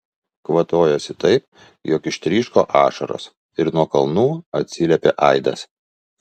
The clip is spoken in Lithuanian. kvatojosi taip jog ištryško ašaros ir nuo kalnų atsiliepė aidas